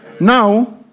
Now